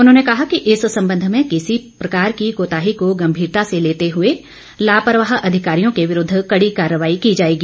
उन्होंने कहा कि इस संबंध में किसी भी प्रकार की कोताही को गंभीरता से लेते हुए लापरवाह अधिकारियों के विरूद्व कड़ी कार्रवाई की जाएगी